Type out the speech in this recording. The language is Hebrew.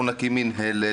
"אנחנו נקים מינהלת",